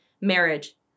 marriage